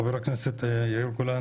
חבר הכנסת יאיר גולן,